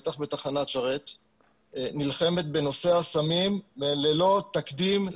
בטח בתחנת שרת נלחמת בנושא הסמים ללא תקדים,